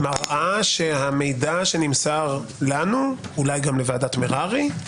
מראה שהמידע שנמסר לנו, אולי גם לוועדת מררי,